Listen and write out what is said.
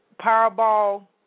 Powerball